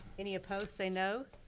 any opposed say no!